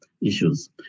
issues